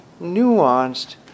nuanced